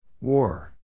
War